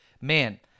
man